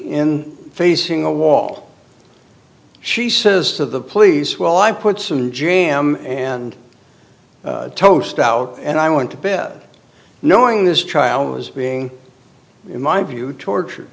in facing a wall she says to the police well i put some jam and toast out and i went to bed knowing this child was being in my view torture